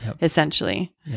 essentially